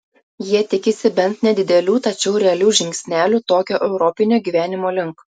jie tikisi bent nedidelių tačiau realių žingsnelių tokio europinio gyvenimo link